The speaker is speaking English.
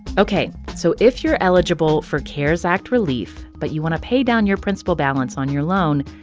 ok. so if you're eligible for cares act relief but you want to pay down your principal balance on your loan,